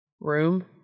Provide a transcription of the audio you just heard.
Room